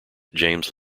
james